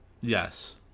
Yes